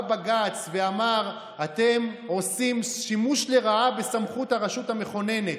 בא בג"ץ ואמר: אתם עושים שימוש לרעה בסמכות הרשות המכוננת,